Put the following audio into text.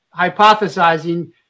hypothesizing